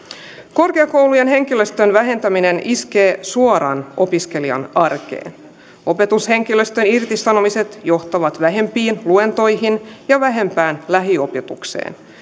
korkeakoulujen henkilöstön vähentäminen iskee suoraan opiskelijan arkeen opetushenkilöstön irtisanomiset johtavat vähempiin luentoihin ja vähempään lähiopetukseen